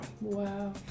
Wow